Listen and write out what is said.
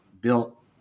built